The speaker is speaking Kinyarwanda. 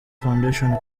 foundation